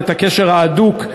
את הקשר ההדוק,